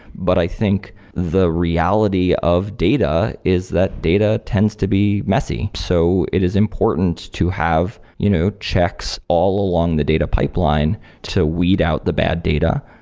but i think the reality of data is that data tends to be messy. so it is important to have you know checks all along the data pipeline to weed out the bad data,